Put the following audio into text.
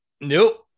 nope